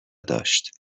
داشت